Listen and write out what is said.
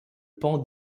pan